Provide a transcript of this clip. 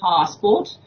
passport